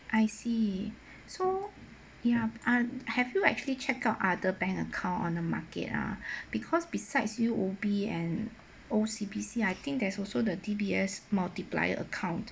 I see so ya and have you actually check out other bank account on the market ah because besides U_O_B and O_C_B_C I think there's also the D_B_S multiplier account